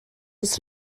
oes